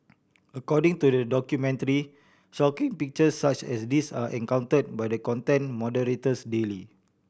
according to the documentary shocking pictures such as these are encountered by the content moderators daily